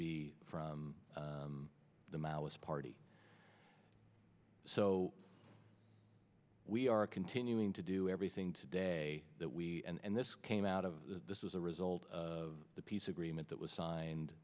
be from the maoist party so we are continuing to do everything today that we and this came out of this was a result of the peace agreement that was signed